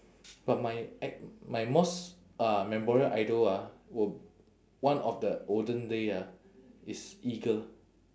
but my ac~ my most uh memorable idol ah will one of the olden day ah is eagle